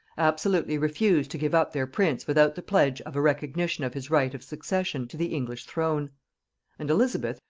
absolutely refused to give up their prince without the pledge of a recognition of his right of succession to the english throne and elizabeth,